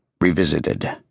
revisited